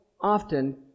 often